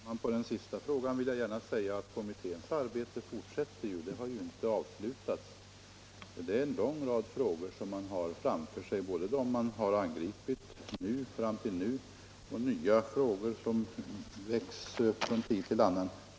Herr talman! Som svar på den senast framställda frågan vill jag svara att kommitténs arbete fortsätter; det har ju inte avslutats. Det är en lång rad frågor som den har framför sig — både dem som har angripits fram till nu och de nya frågor som väcks från tid till annan.